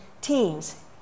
teams